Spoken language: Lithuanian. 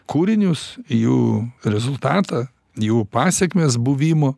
kūrinius jų rezultatą jų pasekmes buvimo